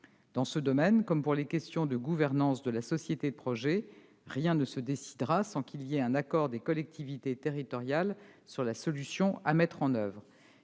Dans ce domaine, comme pour les questions de gouvernance de la société de projet, rien ne se décidera sans un accord des collectivités territoriales sur la solution à mettre en oeuvre.